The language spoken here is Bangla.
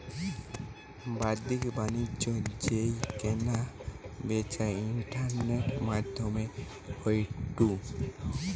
বাদ্দিক বাণিজ্য যেই কেনা বেচা ইন্টারনেটের মাদ্ধমে হয়ঢু